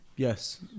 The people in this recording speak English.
Yes